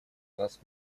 нас